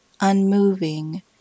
unmoving